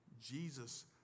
Jesus